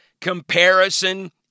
Comparison